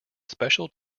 special